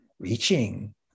reaching